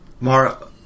Mara